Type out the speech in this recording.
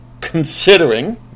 considering